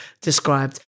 described